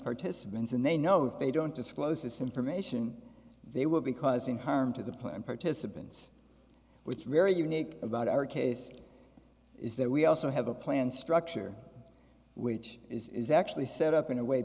participants and they know if they don't disclose this information they will be causing harm to the plan participants which very unique about our case is that we also have a plan structure which is actually set up in a way